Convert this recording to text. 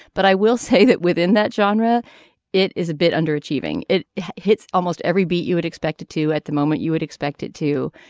but i will say that within that genre it is a bit underachieving. it hits almost every beat you would expect it to at the moment you would expect it to.